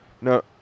No